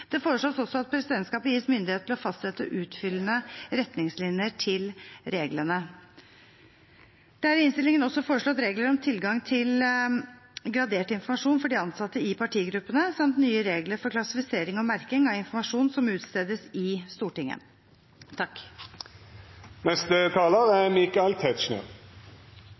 Det foreslås også at presidentskapet gis myndighet til å fastsette utfyllende retningslinjer til reglene. Det er i innstillingen også foreslått regler om tilgang til gradert informasjon for de ansatte i partigruppene samt nye regler for klassifisering og merking av informasjon som utstedes i Stortinget.